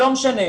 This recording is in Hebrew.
לא משנה,